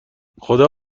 خدا